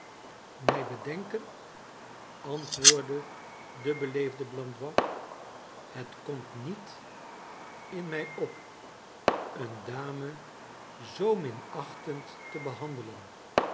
mij bedenken antwoordde de beleefde blandois js het komt niet in mij op een dame zoo minachtend te behandelen